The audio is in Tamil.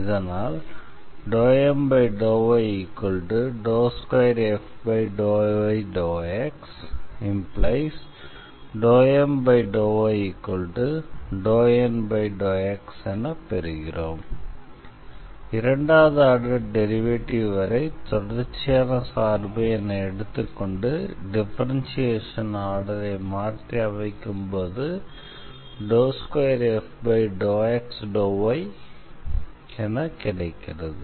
இதனால் ∂M∂y2f∂y∂x⟹∂M∂y∂N∂x என பெறுகிறோம் இரண்டாவது ஆர்டர் டெரிவேட்டிவ் வரை தொடர்ச்சியான சார்பு என எடுத்துக்கொண்டு டிஃபரன்ஷியேஷன் ஆர்டரை மாற்றியமைக்கும்போது 2f∂x∂y என கிடைக்கிறது